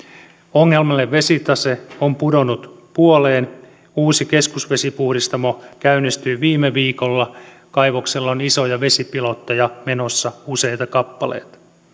ongelmallinen vesitase on pudonnut puoleen uusi keskusvesipuhdistamo käynnistyi viime viikolla kaivoksella on isoja vesipilotteja menossa useita kappaleita